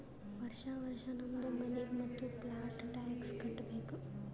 ವರ್ಷಾ ವರ್ಷಾ ನಮ್ದು ಮನಿಗ್ ಮತ್ತ ಪ್ಲಾಟ್ಗ ಟ್ಯಾಕ್ಸ್ ಕಟ್ಟಬೇಕ್